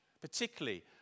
particularly